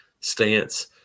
stance